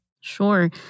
Sure